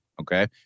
Okay